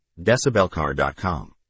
Decibelcar.com